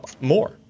more